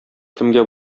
кемгә